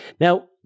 Now